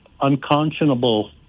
unconscionable